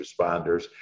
responders